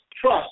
trust